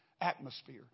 atmosphere